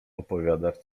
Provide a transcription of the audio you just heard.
opowiadasz